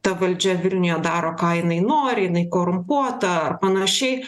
ta valdžia vilniuje daro ką jinai nori jinai korumpuota ar panašiai